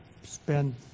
spend